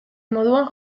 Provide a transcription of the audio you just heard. moduan